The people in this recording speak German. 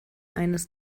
eines